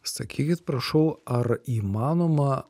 sakykit prašau ar įmanoma